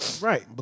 Right